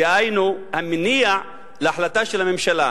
דהיינו, המניע להחלטה של הממשלה,